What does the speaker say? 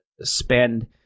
spend